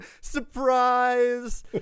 Surprise